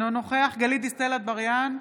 אינו נוכח גלית דיסטל אטבריאן,